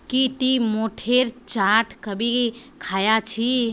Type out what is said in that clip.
की टी मोठेर चाट कभी ख़या छि